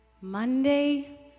Monday